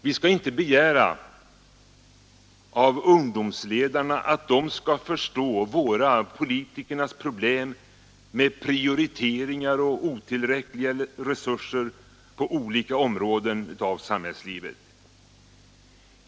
Vi skall inte begära av idrottsledarna att de skall förstå politikernas problem med prioriteringar och otillräckliga resurser på olika områden av samhällslivet.